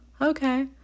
okay